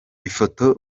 ifoto